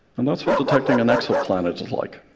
and that's what detecting an exoplanet is like.